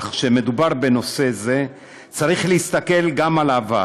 אך כשמדובר בנושא הזה צריך להסתכל גם על העבר.